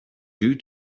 due